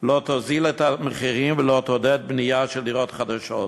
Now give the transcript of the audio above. לא תוזיל את המחירים ולא תעודד בנייה של דירות חדשות.